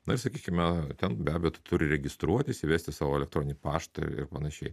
na ir sakykime ten be abejo tu turi registruotis įvesti savo elektroninį paštą ir panašiai